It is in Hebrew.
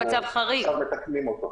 אנחנו מתקנים עכשיו.